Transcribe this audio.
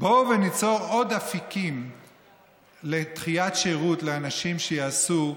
בואו ניצור עוד אפיקים לדחיית שירות לאנשים שיעשו,